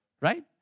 right